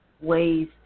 ways